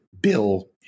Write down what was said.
bill